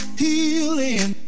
healing